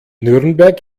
nürnberg